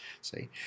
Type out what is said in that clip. See